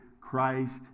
Christ